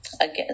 again